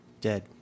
dead